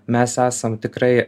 mes esam tikrai